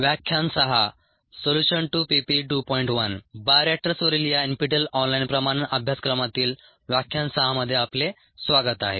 बायोरिएक्टर्सवरील या NPTEL online प्रमाणन अभ्यासक्रमातील व्याख्यान 6 मध्ये आपले स्वागत आहे